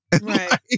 Right